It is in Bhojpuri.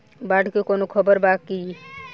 बाढ़ के कवनों खबर बा की?